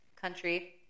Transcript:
country